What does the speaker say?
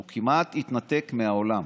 הוא כמעט יתנתק מהעולם.